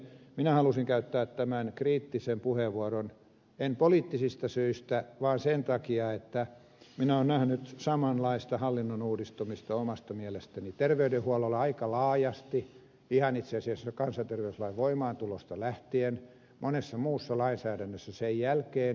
minä halusin käyttää tämän kriittisen puheenvuoron en poliittisista syistä vaan sen takia että minä olen nähnyt samanlaista hallinnon uudistamista omasta mielestäni terveydenhuollossa aika laajasti ihan itse asiassa kansanterveyslain voimaantulosta lähtien ja monessa muussa lainsäädännössä sen jälkeen